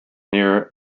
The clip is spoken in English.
near